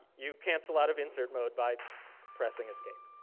you cancel out of insert mode by pressing escape.